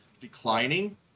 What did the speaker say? declining